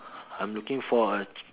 I'm looking for uh